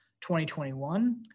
2021